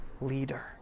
leader